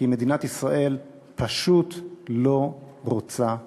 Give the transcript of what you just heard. כי מדינת ישראל פשוט לא רוצה מספיק.